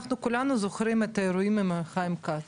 אנחנו כולנו זוכרים את האירועים עם חיים כץ.